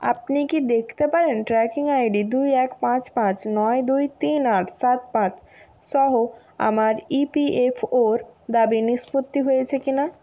আপনি কি দেখতে পারেন ট্র্যাকিং আইডি দুই এক পাঁচ পাঁচ নয় দুই তিন আট সাত পাঁচ সহ আমার ইপিএফও র দাবি নিষ্পত্তি হয়েছে কিনা